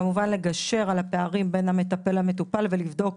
כמובן לגשר על הפערים בין המטפל למטופל ולבדוק